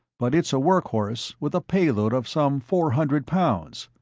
but it's a workhorse with a payload of some four hundred pounds.